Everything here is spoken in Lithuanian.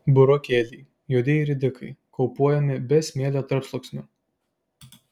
burokėliai juodieji ridikai kaupuojami be smėlio tarpsluoksnių